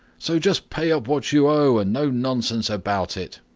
so just pay up what you owe, and no nonsense about it!